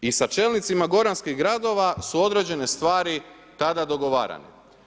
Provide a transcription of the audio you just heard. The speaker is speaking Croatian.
I sa čelnicima goranskih gradova su odrađene stvari tada dogovarane.